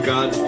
God